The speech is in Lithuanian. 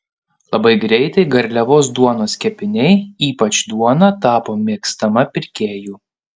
labai greitai garliavos duonos kepiniai ypač duona tapo mėgstama pirkėjų